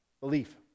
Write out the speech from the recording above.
Belief